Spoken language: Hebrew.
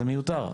זה מיותר.